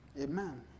Amen